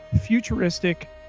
Futuristic